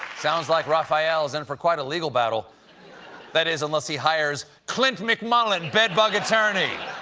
sounds like raphael is in for quite a legal battle that is, unless he hires clint mcmullen bed bug attorney!